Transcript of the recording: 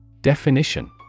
Definition